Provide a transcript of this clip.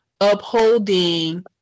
upholding